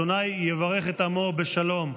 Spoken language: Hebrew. ה' יברך את עמו בשלום.